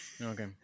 Okay